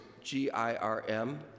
G-I-R-M